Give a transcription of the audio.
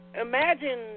Imagine